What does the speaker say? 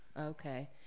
Okay